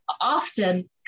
often